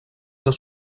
les